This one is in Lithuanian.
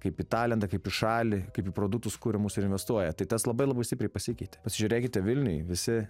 kaip į talentą kaip į šalį kaip į produktus kuriamus ir investuoja tai tas labai stipriai pasikeitė pasižiūrėkite vilniuj visi